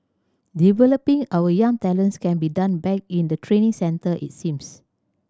developing our young talents can be done back in the training centre it seems